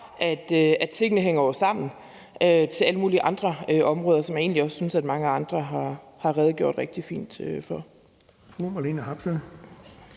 at tingene jo hænger sammen med alle mulige andre områder, som jeg egentlig også synes mange andre har redegjort rigtig fint for.